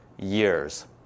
years